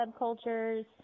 subcultures